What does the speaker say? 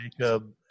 Jacob